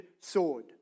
sword